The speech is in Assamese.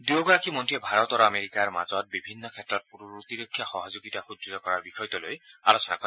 দুয়োগৰাকী মন্ত্ৰীয়ে ভাৰত আৰু আমেৰিকাৰ মাজত বিভিন্ন ক্ষেত্ৰত প্ৰতিৰক্ষা সহযোগিতা অধিক সুদ্য় কৰাৰ বিষয়টোলৈ আলোচনা কৰে